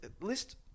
list